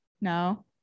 No